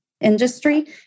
industry